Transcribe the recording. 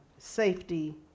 Safety